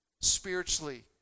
spiritually